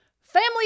Family